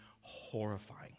horrifying